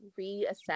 reassess